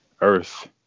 Earth